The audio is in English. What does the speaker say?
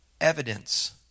evidence